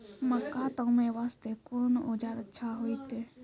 मक्का तामे वास्ते कोंन औजार अच्छा होइतै?